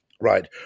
Right